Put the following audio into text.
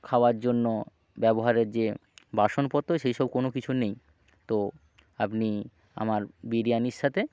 খাওয়ার জন্য ব্যবহারের যে বাসনপত্র সেই সব কোনো কিছু নেই তো আপনি আমার বিরিয়ানির সাথে